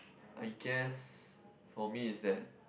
I guess for me is that